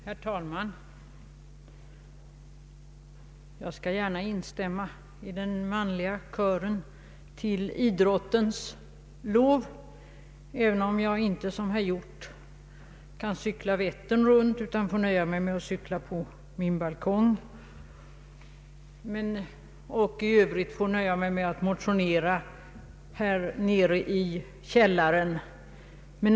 Herr talman! Jag skall gärna instämma i den manliga kören till idrottens lov, även om jag inte som herr Hjorth kan cykla Vättern runt utan får nöja mig med att cykla på min balkong och i övrigt med att motionera här nere i källaren.